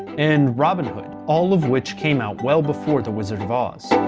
and robin hood, all of which came out well before the wizard of oz.